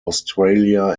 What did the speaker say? australia